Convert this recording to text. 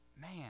Man